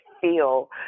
feel